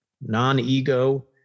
non-ego